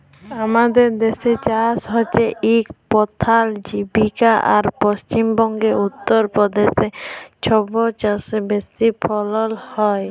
আমাদের দ্যাসে চাষ হছে ইক পধাল জীবিকা আর পশ্চিম বঙ্গে, উত্তর পদেশে ছবচাঁয়ে বেশি ফলল হ্যয়